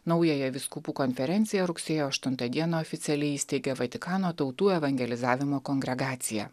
naująją vyskupų konferenciją rugsėjo aštuntą dieną oficialiai įsteigė vatikano tautų evangelizavimo kongregacija